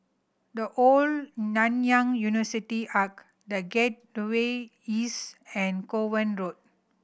The Old Nanyang University Arch The Gate the way East and Kovan Road